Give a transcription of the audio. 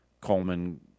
Coleman